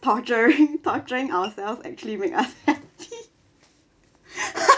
torturing torturing ourselves actually make us happy